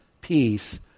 peace